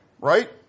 Right